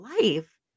life